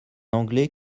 anglais